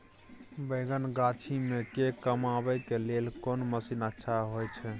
बैंगन गाछी में के कमबै के लेल कोन मसीन अच्छा होय छै?